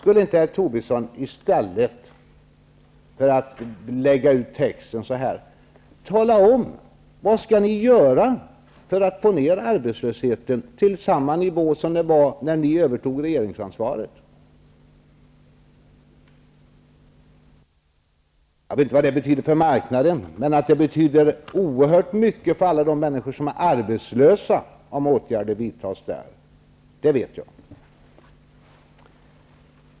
Skulle inte herr Tobisson, i stället för att lägga ut texten på det här sättet, tala om vad ni tänker göra för att få ned arbetslösheten till samma nivå som den hade när ni övertog regeringsansvaret? Jag vet inte vad det betyder för marknaden, men att det betyder oerhört mycket för alla de människor som är arbetslösa att åtgärder vidtas, det vet jag.